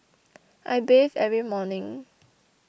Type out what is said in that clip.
I bathe every morning